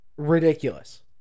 Ridiculous